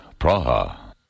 Praha